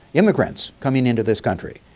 immigrants coming into this country